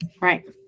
Right